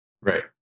Right